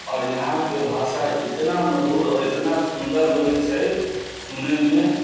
आओर यहाँके भाषा इतना मधुर आओर इतना सुन्दर लगै छै सुनैमे